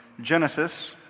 Genesis